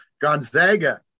Gonzaga